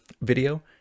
video